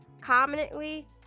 commonly